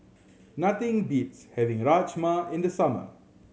nothing beats having Rajma in the summer